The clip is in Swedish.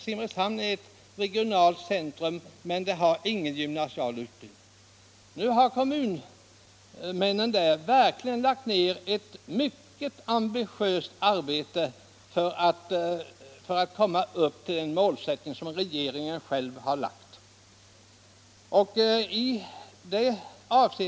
Simrishamn är nu ett regionalt centrum, men kommunen har ingen gymnasial utbildning. Kommunmännen där har verkligen lagt ner ett mycket ambitiöst arbete för att nå det mål som regeringen själv har ställt upp.